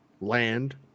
land